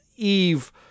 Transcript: Eve